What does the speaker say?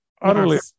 utterly